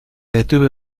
detuve